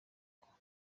koko